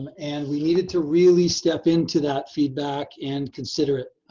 um and we needed to really step into that feedback and consider it,